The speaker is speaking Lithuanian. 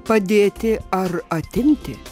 padėti ar atimti